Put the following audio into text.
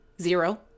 Zero